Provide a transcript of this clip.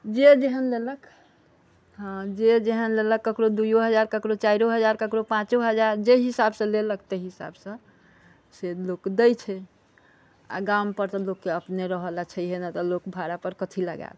जे जेहन लेलक हँ जे जेहन लेलक ककरो दुइयो हजार ककरो चारियो हजार ककरो पाँचो हजार जे हिसाबसँ लेलक तेहि हिसाबसँ से लोक दै छै आ गाम पर तऽ लोकके अपने रहय लए छहियै नहि तऽ लोक भाड़ा पर कथि लगाइत